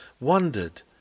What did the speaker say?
wondered